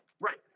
Right